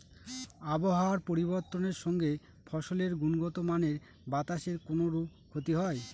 আবহাওয়ার পরিবর্তনের সঙ্গে ফসলের গুণগতমানের বাতাসের কোনরূপ ক্ষতি হয়?